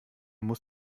muss